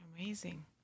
Amazing